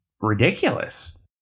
ridiculous